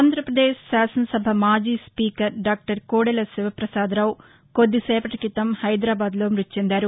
ఆంధ్రప్రదేశ్ శాసనసభ మాజీ speaker doctor Kodela Siva Prasada Rao కొద్దిసేపటి క్రితం హైదరాబాద్లో మృతి చెందారు